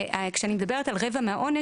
וכשאני מדברת על רבע מהעונש,